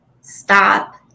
stop